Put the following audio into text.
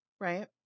right